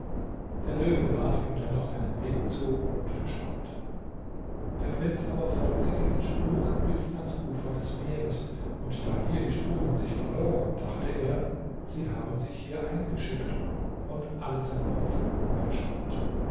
der löwe warf ihm dann noch einen blick zu und verschwand der prinz aber folgte diesen spuren bis ans ufer des meeres und da hier die spuren sich verloren dachte er sie haben sich hier eingeschifft und alle seine hoffnung verschwand